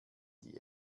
die